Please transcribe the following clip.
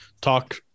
talk